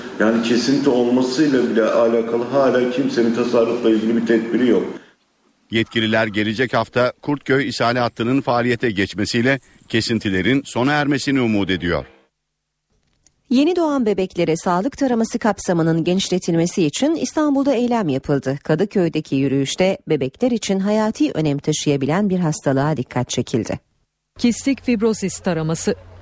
Yani kesinti olmasıyla bile alakalı, hala kimsenin tasarrufla ilgili bir tedbiri yok. Yetkililer gelecek hafta Kurtköy isale hattının faaliyete geçmesiyle kesintilerin sona ermesini umut ediyor. Yeni doğan bebeklere sağlık taraması kapsamının genişletilmesi için İstanbul'da eylem yapıldı. Kadıköy'deki yürüyüşte bebekler için hayati önem taşıyabilen bir hastalığa dikkat çekildi. Kistik fibrozis taraması.